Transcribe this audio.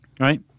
Right